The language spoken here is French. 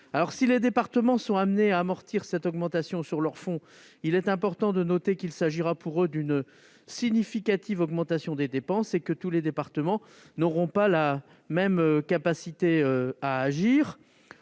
Si les départements sont amenés à amortir cette augmentation sur leurs fonds, il est important de noter qu'il s'agira, pour eux aussi, d'une augmentation significative des dépenses et que tous les départements n'auront pas la même capacité à agir.